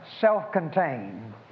self-contained